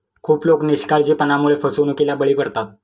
खूप लोक निष्काळजीपणामुळे फसवणुकीला बळी पडतात